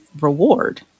reward